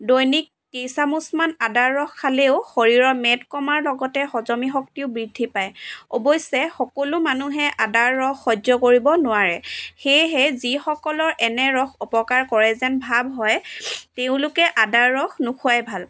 দৈনিক কেইচামুচমান আদাৰ ৰস খালেও শৰীৰৰ মেদ কমাৰ লগতে হজমি শক্তিও বৃদ্ধি পায় অৱশ্যে সকলো মানুহে আদাৰ ৰস সহ্য কৰিব নোৱাৰে সেয়েহে যিসকলৰ এনে ৰস অপকাৰ কৰে যেন ভাৱ হয় তেওঁলোকে আদাৰ ৰস নোখোৱাই ভাল